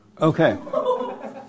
Okay